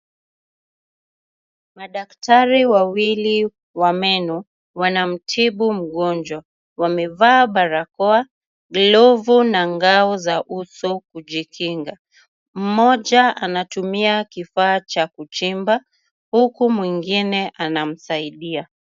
Madaktari wawili wa meno wanamtibu mgonjwa wamevaa barakoa glovu na ngao za uso kujikinga mmoja anatumia kifaa cha kijimba uku mwingine anamsaidia.